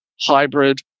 hybrid